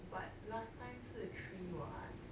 but last time 是 three what